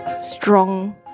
strong